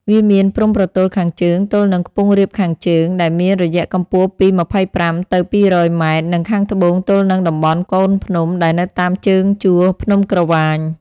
វាមានព្រំប្រទល់ខាងជើងទល់នឹងខ្ពង់រាបខាងជើង ដែលមានរយៈកម្ពស់ពី ២៥ ទៅ ២០០ ម៉ែត្រ និងខាងត្បូងទល់នឹងតំបន់កូនភ្នំដែលនៅតាមជើងជួរភ្នំក្រវាញ។